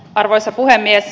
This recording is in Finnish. arvoisa puhemies